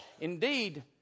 Indeed